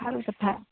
ভাল কথা